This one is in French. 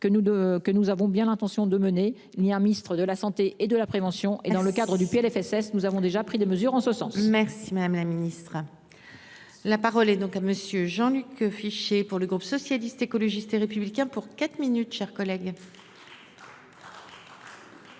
que nous avons bien l'intention de mener ni un Ministre de la Santé et de la prévention et dans le cadre du Plfss. Nous avons déjà pris des mesures en ce sens. Merci madame la ministre. La parole est donc à monsieur Jean Luc. Pour le groupe socialiste, écologiste et républicain pour quatre minutes, chers collègues. Madame